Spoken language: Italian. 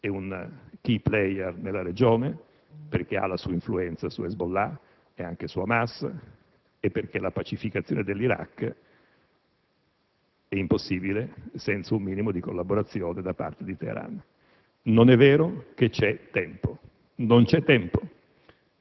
è un *key player* della regione perché esercita la sua influenza su Hezbollah ed anche su Hamas e perché la pacificazione dell'Iraq è impossibile senza un minimo di collaborazione da parte di Teheran. Non è vero che c'è tempo. Non c'è tempo.